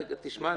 רגע, תשמע לי.